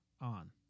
On